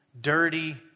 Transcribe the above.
dirty